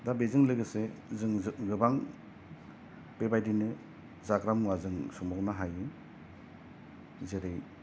दा बेजों लोगोसे जों गोबां बेबायदिनो जाग्रा मुवा जों संबावनो हायो जेरै